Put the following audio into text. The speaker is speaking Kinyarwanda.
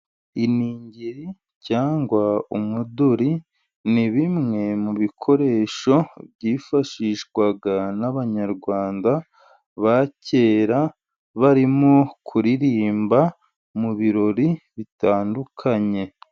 Iningiri cyangwa umuduri ni bimwe mu bikoresho byifashishwaga n'abanyarwanda ba kera, barimo kuririmba mu birori bitandukanye.